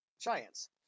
giants